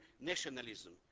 nationalism